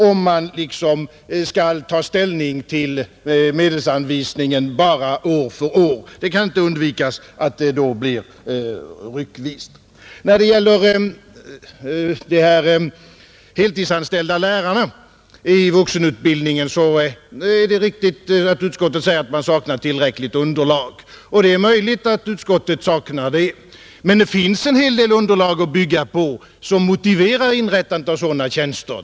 Om man skall ta ställning till medelsanvisningen bara år för år kan det inte undvikas att det då blir ryckvis. Vad gäller de heltidsanställda lärarna i vuxenutbildningen så är det riktigt att utskottet säger att man saknar tillräckligt underlag. Det är möjligt att utskottet saknar det, men det finns en hel del underlag att bygga på som motiverar inrättandet av sådana tjänster.